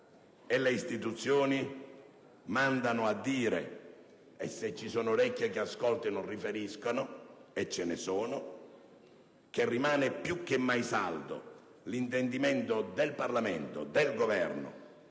le istituzioni mandano a dire (e se ci sono orecchie che ascoltano, e ce ne sono, riferiscano) che rimane più che mai saldo l'intendimento del Parlamento e del Governo